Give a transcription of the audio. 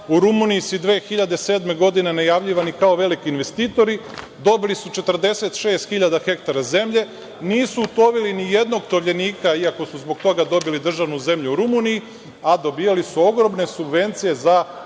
u Rumuniji su 2017. godine najavljivani kao veliki investitori, dobili su 46.000 hektara zemlje, nisu utovili nijednog tovljenika, iako su zbog toga dobili državnu zemlju u Rumuniji, a dobijali su ogromne subvencije za